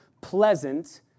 pleasant